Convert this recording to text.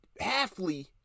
halfly